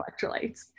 electrolytes